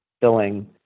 filling